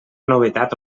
novetat